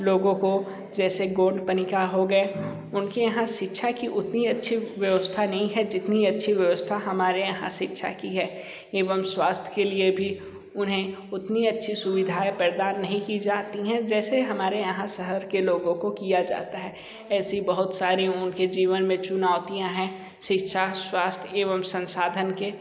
लोगों को जैसे गोड पनिका हो गए उनके यहाँ शिक्षा की उतनी अच्छी व्यवस्था नहीं है जितनी अच्छी व्यवस्था हमारे यहाँ शिक्षा की है एवं स्वास्थ्य के लिए भी उन्हें उतनी अच्छी सुविधाएं प्रदान नहीं की जाती है जैसे हमारे यहाँ शहर के लोगों को किया जाता है ऐसी बहुत सारी उनके जीवन में चुनौतियां हैं शिक्षा स्वास्थ्य एवं संसाधन के